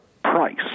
price